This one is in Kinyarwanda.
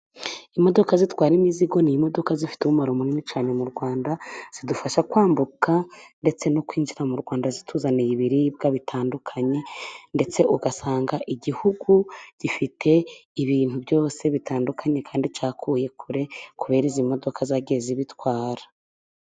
Imodoka zitwara imizigo ni imodoka zifite umumaro munini cyane mu Rwanda, zidufasha kwambuka ndetse no kwinjira mu Rwanda zituzaniye ibiribwa bitandukanye, ndetse ugasanga igihugu gifite ibintu byose bitandukanye kandi cyakuye kure kubera izi modoka zagiye zibitwara.